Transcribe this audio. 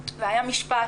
והיה משפט,